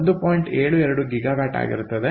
72 GW ಆಗಿರುತ್ತದೆ